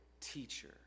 teacher